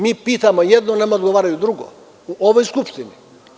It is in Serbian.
Mi pitamo jedno, a nama odgovaraju drugo u ovoj Skupštini.